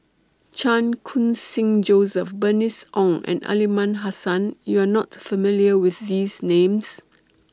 Chan Khun Sing Joseph Bernice Ong and Aliman Hassan YOU Are not familiar with These Names